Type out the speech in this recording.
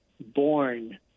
born